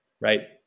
right